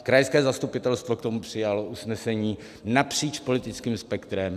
Krajské zastupitelstvo k tomu přijalo usnesení napříč politickým spektrem.